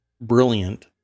brilliant